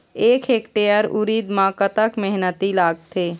एक हेक्टेयर उरीद म कतक मेहनती लागथे?